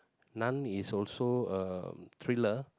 nun is also a thriller